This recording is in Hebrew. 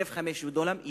1,500 דונם.